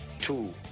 two